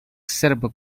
serbo